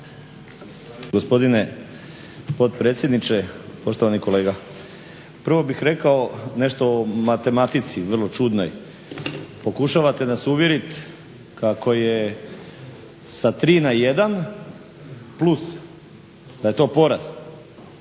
Gospodine potpredsjedniče, poštovani kolega. Prvo bih rekao nešto o matematici vrlo čudnoj. Pokušavate nas uvjeriti kako je sa tri na jedan plus da je to porast.